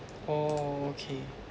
orh okay